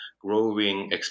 growing